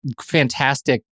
fantastic